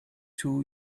two